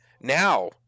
now